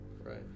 right